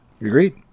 Agreed